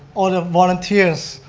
all the volunteers,